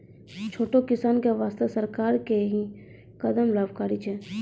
छोटो किसान के वास्तॅ सरकार के है कदम लाभकारी छै